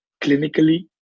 clinically